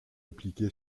appliqué